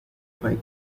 país